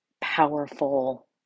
powerful